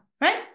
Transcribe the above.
right